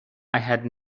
had